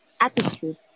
Attitude